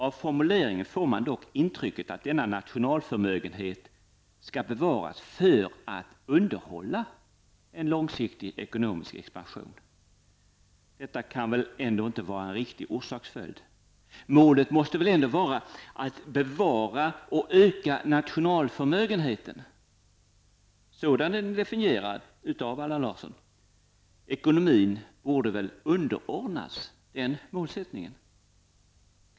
Av formuleringen får man dock intrycket att denna nationalförmögenhet skall bevaras för att underhålla en långsiktig ekonomisk expansion. Det kan väl inte vara en riktig orsaksföljd. Målet måste väl ändå vara att bevara och öka nationalförmögenheten sådan den är definierad av Allan Larsson. Ekonomin borde underordnas den målsättningen.